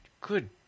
good